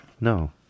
No